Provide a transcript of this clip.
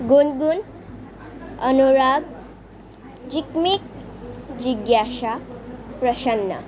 গুণগুণ অনুৰাগ জিকমিক জিজ্ঞাসা প্ৰসন্ন